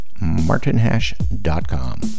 martinhash.com